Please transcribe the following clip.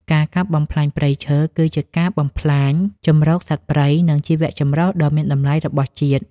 ការកាប់បំផ្លាញព្រៃឈើគឺជាការបំផ្លាញជម្រកសត្វព្រៃ និងជីវៈចម្រុះដ៏មានតម្លៃរបស់ជាតិ។